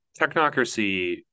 Technocracy